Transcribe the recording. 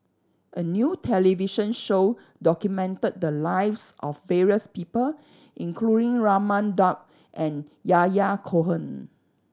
a new television show documented the lives of various people including Raman Daud and Yahya Cohen